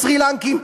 וסרי-לנקים,